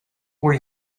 were